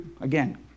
again